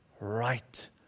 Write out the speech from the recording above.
right